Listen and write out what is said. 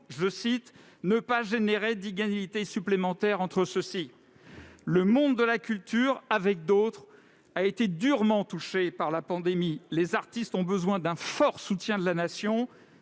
pour « ne pas générer d'inégalités supplémentaires entre ceux-ci ». Le monde de la culture, avec d'autres, a été durement touché par la pandémie. Les artistes ont besoin d'un fort soutien de la Nation,